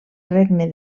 regne